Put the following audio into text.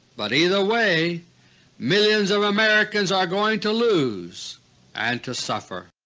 but either way millions of americans are going to lose and to suffer.